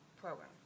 program